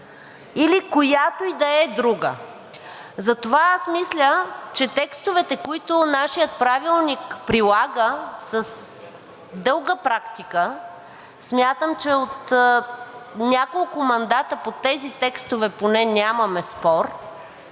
или която и да е друга. Затова мисля, че текстовете, които нашият Правилник прилага с дълга практика – смятам, че от няколко мандата по тези текстове поне нямаме спор,